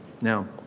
Now